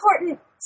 important